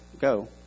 go